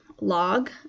log